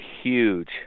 Huge